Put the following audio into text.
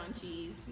cheese